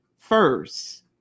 First